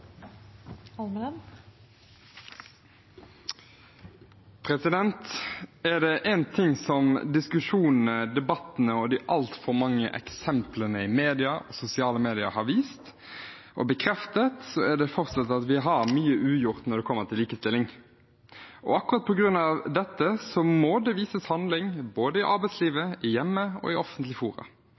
det én ting som diskusjonene, debattene og de altfor mange eksemplene i media og sosiale medier har vist og bekreftet, er det at vi fortsatt har mye ugjort når det kommer til likestilling. Akkurat på grunn av dette må det vises handling både i arbeidslivet, hjemme og i offentlige fora.